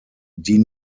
die